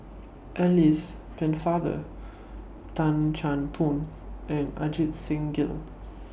Alice Pennefather Tan Chan Boon and Ajit Singh Gill